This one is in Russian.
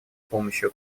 помощью